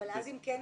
אבל אם כן,